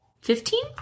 Fifteen